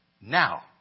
now